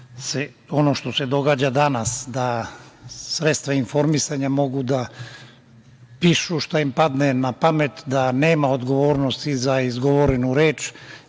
ono što se događa danas, da sredstva informisanja mogu da pišu šta im padne na pamet, da nema odgovornosti za izgovorenu reč